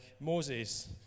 Moses